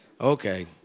Okay